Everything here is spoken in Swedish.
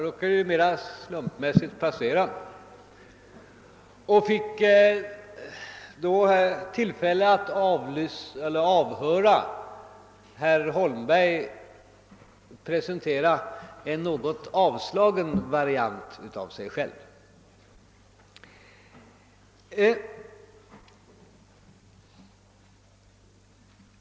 Herr talman! Jag råkade mera av en slump passera och fick höra herr Holmberg presentera en något avslagen variant av sig själv.